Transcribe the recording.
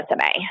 resume